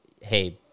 hey